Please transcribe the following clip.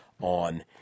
on